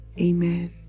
amen